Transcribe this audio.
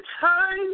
time